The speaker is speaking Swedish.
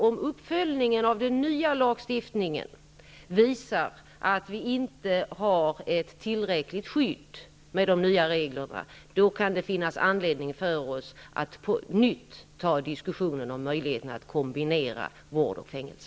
Om uppföljningen av den nya lagstiftningen visar att de nya reglerna inte ger ett tillräckligt skydd kan det finnas anledning för oss att på nytt ta en diskussion om möjligheterna att kombinera vård och fängelse.